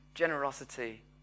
Generosity